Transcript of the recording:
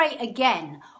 again